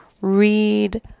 read